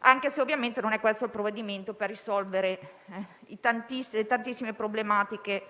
anche se ovviamente non è questo il provvedimento per risolvere le tantissime problematiche